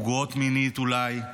פגועה מינית, אולי.